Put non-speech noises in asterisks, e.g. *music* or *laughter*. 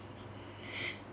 *breath*